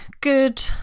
good